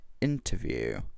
interview